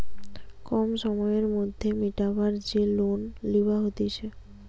কম সময়ের মধ্যে মিটাবার যে লোন লিবা হতিছে